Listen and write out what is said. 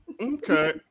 Okay